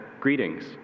greetings